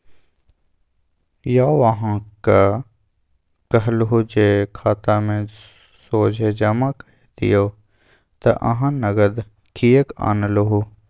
यौ अहाँक कहलहु जे खातामे सोझे जमा कए दियौ त अहाँ नगद किएक आनलहुँ